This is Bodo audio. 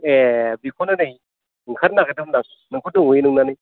ए बेखौनो नै ओंखारनो नागिरदोंमोन आं नोंखौ दंहैयो नंनानै